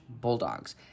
Bulldogs